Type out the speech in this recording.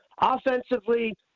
Offensively